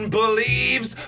believes